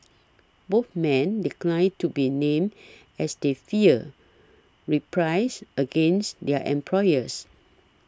both men declined to be named as they feared reprisals against their employers